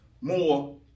More